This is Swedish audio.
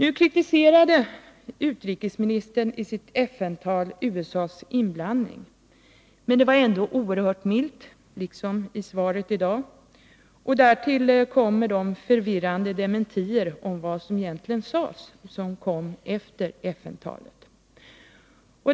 Utrikesministern kritiserade i sitt FN-tal USA:s inblandning, men det var ändå oerhört milt, liksom i svaret i dag. Efter talet kom förvirrande dementier om vad som egentligen sagts.